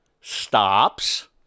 stops